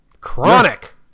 Chronic